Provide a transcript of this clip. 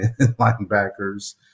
linebackers